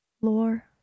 Lore